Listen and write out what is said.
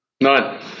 none